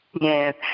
Yes